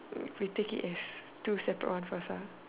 we take it as two separates ones first ah